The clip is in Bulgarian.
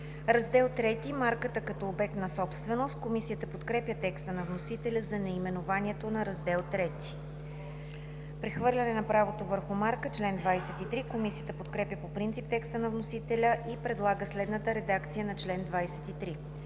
„Раздел III – Марката като обект на собственост“. Комисията подкрепя текста на вносителя за наименованието на раздел ІІІ. „Прехвърляне на правото върху марка – чл. 23“. Комисията подкрепя по принцип текста на вносителя и предлага следната редакция на чл. 23: